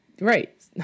Right